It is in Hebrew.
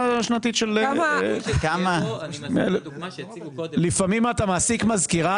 שנתית של 100,000. לפעמים אתה מעסיק מזכירה